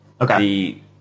Okay